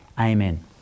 amen